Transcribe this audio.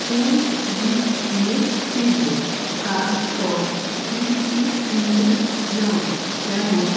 কোন দিক দিয়ে ফিরবো তারপর কী কী নিয়ে যাবো যেমন